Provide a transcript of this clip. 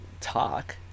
talk